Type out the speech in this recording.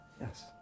yes